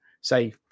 say